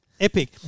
epic